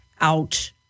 out